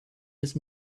with